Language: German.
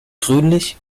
grünlich